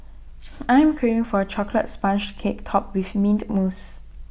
I am craving for A Chocolate Sponge Cake Topped with Mint Mousse